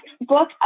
book